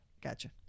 Gotcha